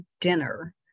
dinner